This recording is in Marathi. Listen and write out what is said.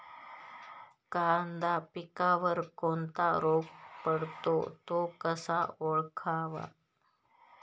कांदा पिकावर कोणता रोग पडतो? तो कसा ओळखावा?